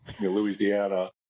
Louisiana